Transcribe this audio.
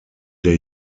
der